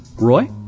Roy